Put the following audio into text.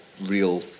real